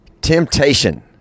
Temptation